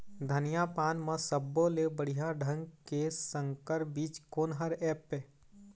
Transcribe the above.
धनिया पान म सब्बो ले बढ़िया ढंग के संकर बीज कोन हर ऐप?